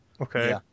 Okay